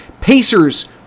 Pacers